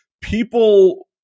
people